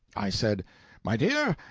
i said my dear,